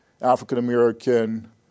African-American